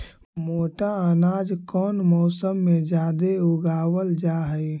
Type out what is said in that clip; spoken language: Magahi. मोटा अनाज कौन मौसम में जादे उगावल जा हई?